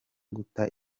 guta